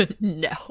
No